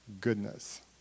goodness